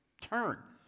turn